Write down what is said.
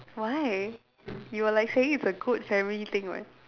why you were like saying it's a good family thing [what]